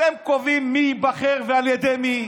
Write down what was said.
אתם קובעים מי ייבחר ועל ידי מי.